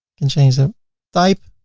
and change the type.